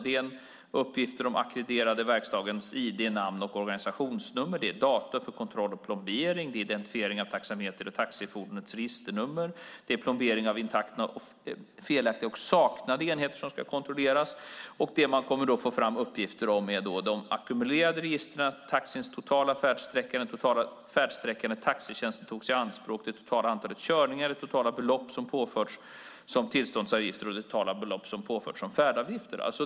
Det är uppgifter om den ackrediterade verkstadens id, namn och organisationsnummer, det är datum för kontroll och plombering, identifiering av taxameter och taxifordonets registreringsnummer samt uppgift om huruvida plomberingarna är intakta, felaktiga eller saknas. Man kommer att få fram uppgifter om de ackumulerade registren, taxins totala färdsträcka, den totala färdsträckan när taxitjänsten togs i anspråk, det totala antalet körningar, det totala belopp som påförts som tillståndsavgifter och det totala belopp som påförts som färdavgifter.